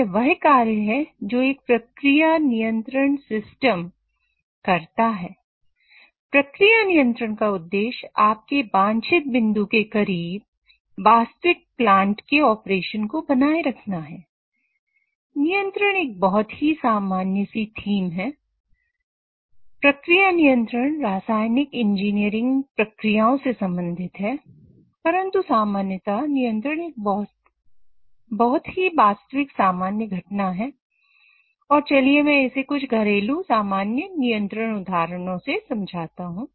यह वह कार्य है जो एक प्रक्रिया नियंत्रण सिस्टम रासायनिक इंजीनियरिंग प्रक्रियाओं से संबंधित है परंतु सामान्यता नियंत्रण एक बहुत ही सामान्य घटना है और चलिए मैं इसे कुछ घरेलू सामान्य नियंत्रण उदाहरणों से समझाता हूं